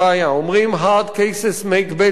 אומרים: Hard cases make bad law.